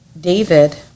david